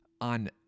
on